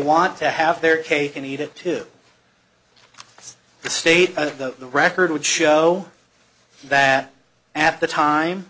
want to have their cake and eat it too the state of the record would show that at the time